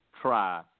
try